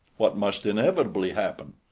what must inevitably happen?